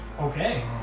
Okay